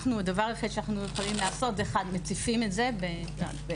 הדבר היחיד שאנחנו יכולים לעשות זה להציף את זה בתקשורת.